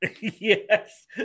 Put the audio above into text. Yes